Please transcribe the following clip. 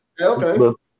okay